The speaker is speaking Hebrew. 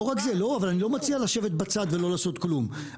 אני לא מציע לשבת בצד ולא לעשות כלום,